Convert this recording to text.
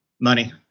Money